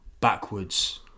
backwards